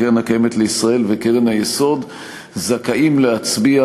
הקרן הקיימת לישראל וקרן היסוד זכאים להצביע